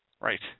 right